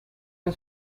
han